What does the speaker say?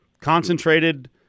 concentrated